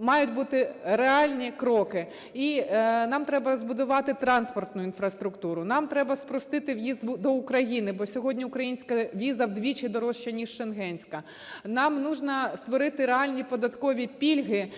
мають бути реальні кроки. І нам треба збудувати транспортну інфраструктуру. Нам треба спростити в'їзд до Україні, бо сьогодні українська віза вдвічі дорожча ніж шенгенська. Нам нужно створити реальні податкові пільги